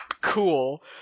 cool